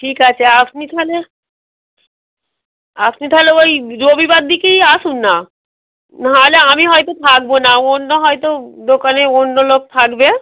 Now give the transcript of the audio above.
ঠিক আছে আপনি তাহলে আপনি তাহলে ওই রবিবার দিকেই আসুন না নাহলে আমি হয়তো থাকবো না অন্য হয়তো দোকানে অন্য লোক থাকবে